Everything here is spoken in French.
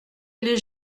les